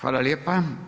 Hvala lijepa.